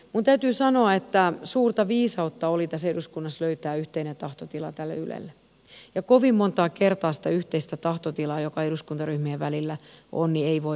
minun täytyy sanoa että suurta viisautta oli tässä eduskunnassa löytää yhteinen tahtotila tälle ylelle ja kovin montaa kertaa sitä yhteistä tahtotilaa joka eduskuntaryhmien välillä on ei voi horjuttaa